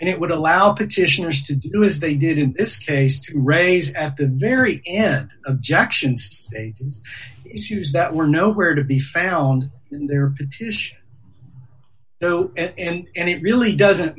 and it would allow petitioners to do is they did in this case to raise at the very end objections issues that were nowhere to be found there though and it really doesn't